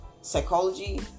psychology